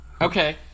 Okay